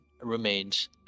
remains